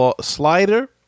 slider